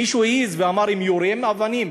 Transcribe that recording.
מישהו העז ואמר: אם זורקים אבנים,